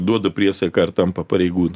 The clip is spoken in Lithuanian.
duoda priesaiką ir tampa pareigūnu